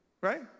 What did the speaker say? Right